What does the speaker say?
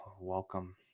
welcome